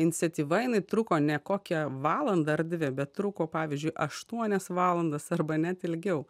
iniciatyva jinai truko ne kokią valandą ar dvi bet truko pavyzdžiui aštuonias valandas arba net ilgiau